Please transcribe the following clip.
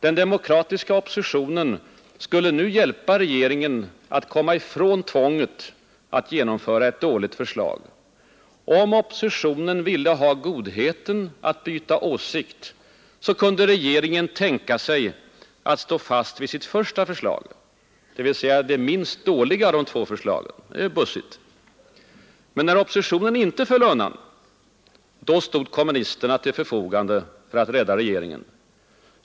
Den demokratiska oppositionen skulle nu hjälpa regeringen att komma ifrån tvånget att genomföra ett dåligt förslag. Om oppositionen ville ha godheten att byta åsikt, kunde regeringen tänka sig att stå fast vid sitt första förslag, dvs. det minst dåliga av de två förslagen. Det är bussigt. Men när oppositionen inte föll undan, stod kommunisterna till förfogande för att rädda regeringen.